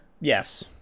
Yes